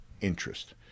interest